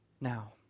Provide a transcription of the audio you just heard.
now